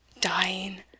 Dying